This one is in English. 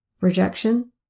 rejection